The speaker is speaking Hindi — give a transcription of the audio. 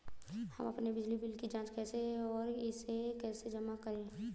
हम अपने बिजली बिल की जाँच कैसे और इसे कैसे जमा करें?